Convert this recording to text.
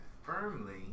Firmly